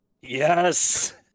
Yes